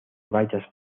bayas